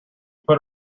put